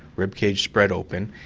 rib cage spread open,